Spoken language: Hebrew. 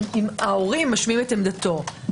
אם ההורים משמיעים עמדתו,